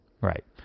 Right